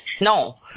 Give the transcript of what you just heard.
no